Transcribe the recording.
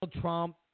Trump